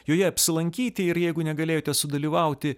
joje apsilankyti ir jeigu negalėjote sudalyvauti